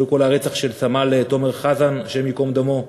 קודם כול, הרצח של סמל תומר חזן, השם ייקום דמו.